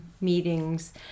meetings